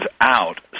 out